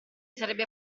sarebbe